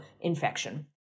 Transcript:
infection